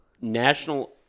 National